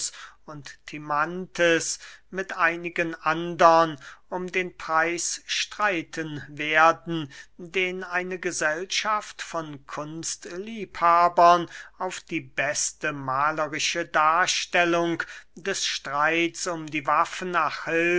und timanthes mit einigen andern um den preis streiten werden den eine gesellschaft von kunstliebhabern auf die beste mahlerische darstellung des streits um die waffen